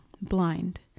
blind